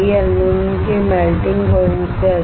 aluminium के melting प्वाइंटसे अधिक